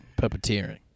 puppeteering